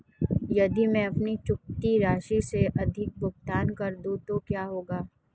यदि मैं अपनी चुकौती राशि से अधिक भुगतान कर दूं तो क्या होगा?